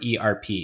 ERP